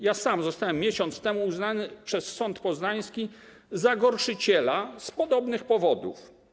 Ja sam zostałem miesiąc temu uznany przez sąd poznański za gorszyciela z podobnych powodów.